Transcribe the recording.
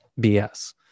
BS